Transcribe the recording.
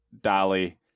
Dolly